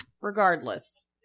regardless